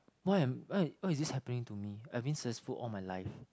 why am why why is this happening to me I been successful all my life